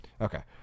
okay